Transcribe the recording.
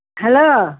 hello